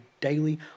daily